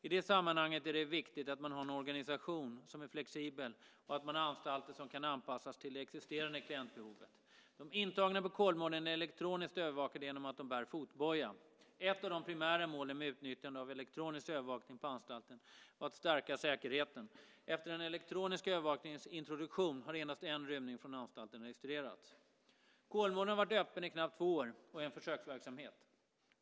I det sammanhanget är det viktigt att man har en organisation som är flexibel och att man har anstalter som kan anpassas till det existerande klientbehovet. De intagna på Kolmården är elektroniskt övervakade genom att de bär fotboja. Ett av de primära målen med utnyttjande av elektronisk övervakning på anstalten var att stärka säkerheten. Efter den elektroniska övervakningens introduktion har endast en rymning från anstalten registrerats. Kolmården har varit öppen i knappt två år och är en försöksverksamhet.